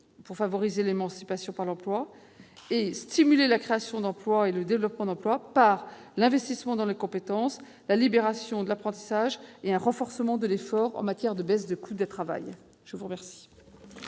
pour favoriser l'émancipation par l'emploi et stimuler la création d'emplois et le développement des emplois par l'investissement dans les compétences, la libération de l'apprentissage et un renforcement de l'effort en matière de baisse du coût du travail. Nous allons